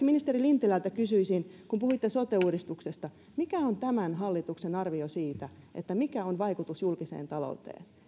ministeri lintilältä kysyisin puhuitte sote uudistuksesta mikä on tämän hallituksen arvio siitä mikä on sen vaikutus julkiseen talouteen